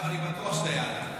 אגב, אני בטוח שאתה יהלום.